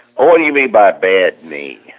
what do you mean by bad knee?